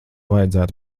vajadzētu